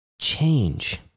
change